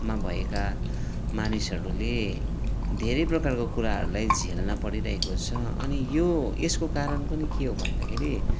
मा भएका मानिसहरूले धेरै प्रकारको कुराहरूलाई झेल्न परिरहेको छ अनि यो यसको कारण पनि के हो भन्दाखेरि